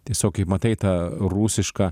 tiesiog kaip matai tą rusišką